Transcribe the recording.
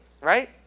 right